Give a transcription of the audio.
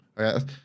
Okay